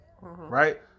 Right